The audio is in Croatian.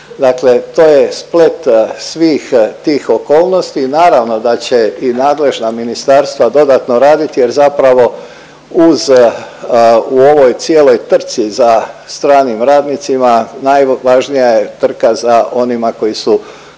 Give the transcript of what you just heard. Dakle, to je splet svih tih okolnosti i naravno da će i nadležna ministarstva dodatno raditi jer zapravo uz u ovoj cijeloj trci za stranim radnicima najvažnija je trka za onima koji su